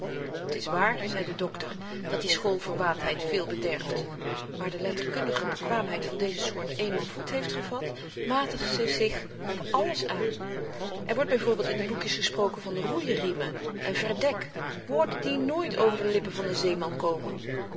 t is waar zei de dokter dat die schoolverwaandheid veel bederft waar de letterkundige bekwaamheid van deze soort een maal voet heeft gevat matigt ze zich alles aan er wordt byv in die boekjes gesproken van roeiriemen en verdek woorden die nooit over de lippen van n zeeman komen